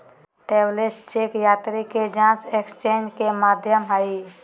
travellers cheque यात्री के जांच एक्सचेंज के माध्यम हइ